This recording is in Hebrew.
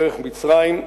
דרך מצרים,